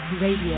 Radio